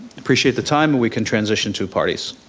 appreciate the time and we can transition to parties.